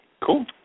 cool